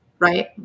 Right